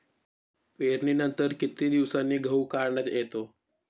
पेरणीनंतर किती दिवसांनी गहू काढण्यात येतो?